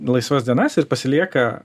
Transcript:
laisvas dienas ir pasilieka